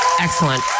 Excellent